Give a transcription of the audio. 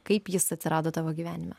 kaip jis atsirado tavo gyvenime